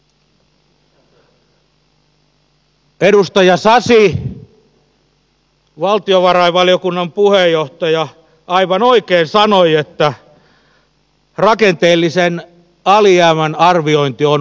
edustaja sasi valtiovarainvaliokunnan puheenjohtaja aivan oikein sanoi että rakenteellisen alijäämän arviointi on vaikeaa